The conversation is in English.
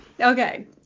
Okay